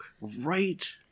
right